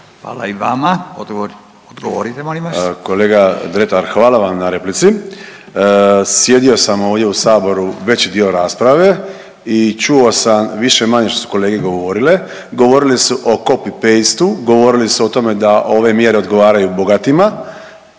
vas. **Zekanović, Hrvoje (HDS)** Kolega Dretar, hvala vam na replici. Sjedio sam ovdje u saboru veći dio rasprave i čuo sam više-manje što su kolege govorile, govorile su o copy paste-u, govorili su o tome da ove mjere odgovaraju bogatima,